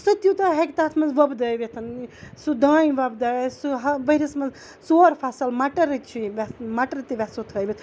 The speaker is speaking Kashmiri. سُہ تیوٗتاہ ہیٚکہِ تَتھ منٛز وۄپدٲوِتھ سُہ دانہِ وۄپداویا سُہ ہہ ؤرۍ یَس منٛز ژور فصٕل مٹرٕکۍ چھِ مٹر تہِ ویٚژھو تھٲوِتھ